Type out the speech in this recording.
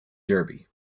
derby